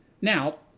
now